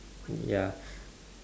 ya